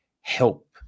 help